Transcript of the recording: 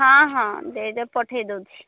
ହଁ ହଁ ଦେଇଦିଅ ପଠେଇ ଦେଉଛି